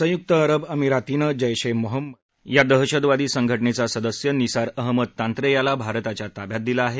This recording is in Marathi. संयुक्त अरब अमिरातीनं जैश ए मोहम्मद या दहशतवादी संघटनेचा सदस्य निसार अहमद तांत्रे याला भारताच्या ताब्यात दिलं आहे